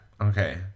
Okay